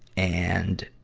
and,